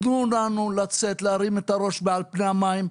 תנו לנו להרים את הראש מעל פני המים.